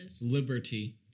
Liberty